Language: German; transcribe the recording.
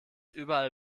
überall